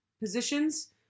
positions